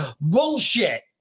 Bullshit